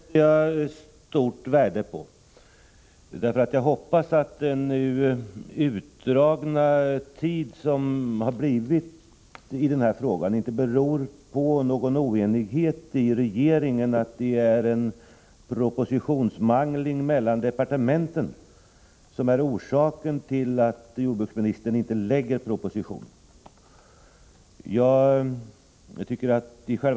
Herr talman! Det sista uttalandet sätter jag stort värde på. Jag hoppas nämligen att den utdragna tiden för behandlingen av det här ärendet inte beror på någon oenighet i regeringen. Jag hoppas alltså att det inte är någon propositionsmangling mellan departementen som är orsaken till att jordbruksministern dröjer med att lägga fram den här propositionen.